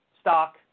stock